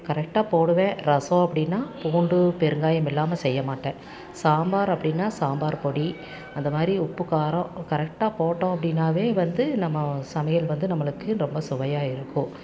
கரெக்டா போடுவேன் ரசம் அப்படின்னா பூண்டு பெருங்காயம் இல்லாமல் செய்யமாட்டேன் சாம்பார் அப்படின்னா சாம்பார் பொடி அதை மாதிரி உப்பு காரம் கரெக்டா போட்டோம் அப்படின்னாவே வந்து நம்ம சமையல் வந்து நம்மளுக்கு ரொம்ப சுவையாக இருக்கும்